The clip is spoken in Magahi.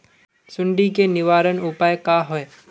सुंडी के निवारण उपाय का होए?